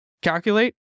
calculate